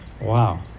Wow